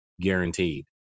guaranteed